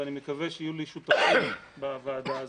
ואני מקווה שיהיו לי שותפים בוועדה הזו,